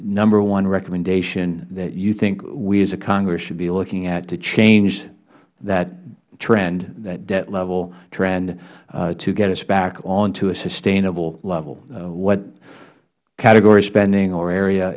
ber one recommendation that you think we as a congress should be looking at to change that trend that debt level trend to get us back onto a sustainable level what category spending or area